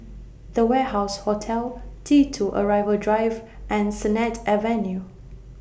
The Warehouse Hotel T two Arrival Drive and Sennett Avenue